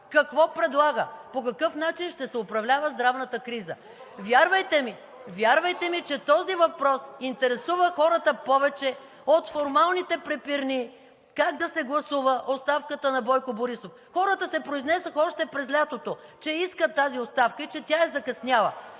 какво предлага, по какъв начин ще се управлява здравната криза. (Реплики от ГЕРБ-СДС.) Вярвайте ми, вярвайте ми, че този въпрос интересува хората повече от формалните препирни как да се гласува оставката на Бойко Борисов. Хората се произнесоха още през лятото, че искат тази оставка и че тя е закъсняла.